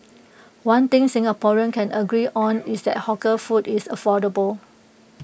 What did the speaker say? one thing Singaporeans can agree on is that hawker food is affordable